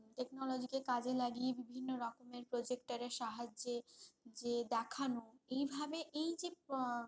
টেকনোলজিকে কাজে লাগিয়ে বিভিন্ন রকমের প্রোজেক্টরের সাহায্যে যে দেখানো এই ভাবে এই যে